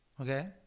okay